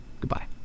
Goodbye